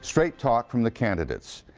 straight talk from the candidates.